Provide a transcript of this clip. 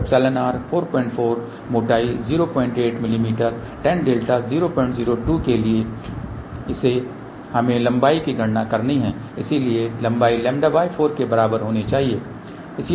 तो εr 44 मोटाई 08 मिमी tanδ 002 के लिए इसे हमें लंबाई की गणना करनी है इसलिए लंबाई λ4 के बराबर होनी चाहिए